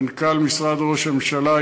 מנכ"ל משרד ראש הממשלה,